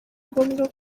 ngombwa